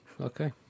Okay